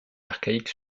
archaïque